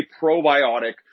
probiotic